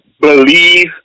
believe